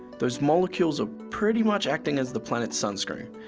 those molecules are pretty much acting as the planet's sunscreen,